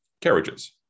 carriages